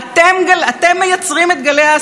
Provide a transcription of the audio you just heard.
אתם לא רוכבים על נמר, אתם הנמר.